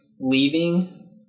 leaving